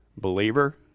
believer